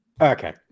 Okay